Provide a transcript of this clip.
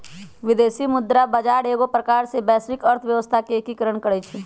विदेशी मुद्रा बजार एगो प्रकार से वैश्विक अर्थव्यवस्था के एकीकरण करइ छै